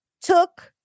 took